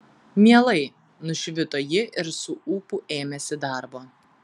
mielai nušvito ji ir su ūpu ėmėsi darbo